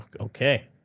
Okay